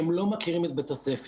הם לא מכירים את בית הספר,